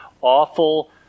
awful